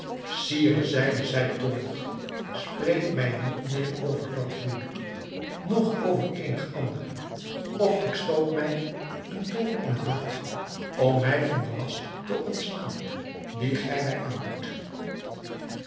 sire zeide zij toornig spreek mij niet meer over dat huwelijk noch over eenig ander of ik stoot mij een dolk in het hart om mij van den last te ontslaan dien gij mij aandoet